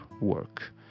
work